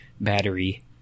battery